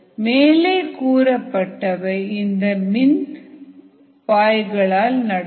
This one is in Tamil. மேலே கூறப்பட்டவை இந்த மின் வாய்களில் நடக்கும்